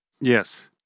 Yes